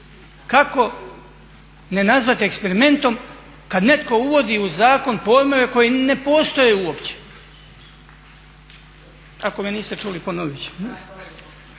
kako ne nazvati eksperimentom kad netko uvodi u zakon pojmove koji ne postoje uopće. Ako me niste čuli ponovit ću.